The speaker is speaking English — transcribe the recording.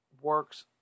works